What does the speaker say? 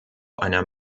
einer